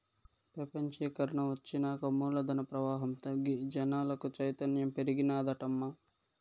పెపంచీకరన ఒచ్చినాక మూలధన ప్రవాహం తగ్గి జనాలకు చైతన్యం పెరిగినాదటమ్మా